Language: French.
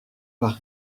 par